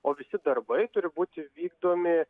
o visi darbai turi būti vykdomi